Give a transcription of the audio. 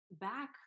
back